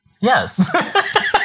Yes